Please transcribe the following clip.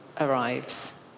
arrives